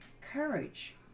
courage